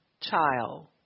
child